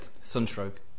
sunstroke